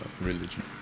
religion